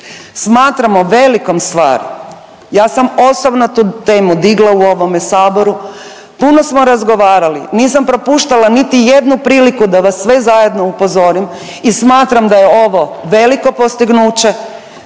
Smatramo velikom stvari, ja sam osobno tu temu digla u ovome Saboru. Puno smo razgovarali. Nisam propuštala niti jednu priliku da vas sve zajedno upozorim i smatram da je ovo veliko postignuće